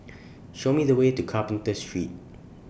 Show Me The Way to Carpenter Street